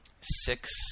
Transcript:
six